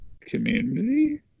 Community